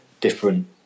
different